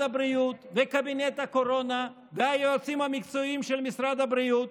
הבריאות וקבינט הקורונה והיועצים המקצועיים של משרד הבריאות,